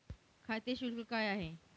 खाते शुल्क काय आहे?